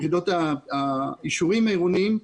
יחידות האישורים העירוניות.